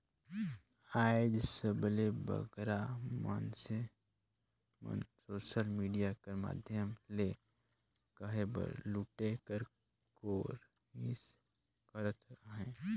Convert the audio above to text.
आएज सबले बगरा मइनसे मन सोसल मिडिया कर माध्यम ले कहे बर लूटे कर कोरनिस करत अहें